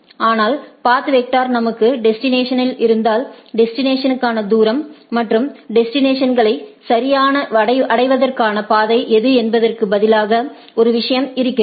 ஆனால் path vector நமக்கு டெஸ்டினேஷனில் இருந்தால் டெஸ்டினேஷன்க்கான தூரம் மற்றும் டெஸ்டினேஷன்களை சரியாக அடைவதற்கான பாதை எது என்பதற்கு பதிலாக ஒரு விஷயம் இருக்கிறது